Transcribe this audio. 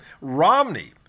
Romney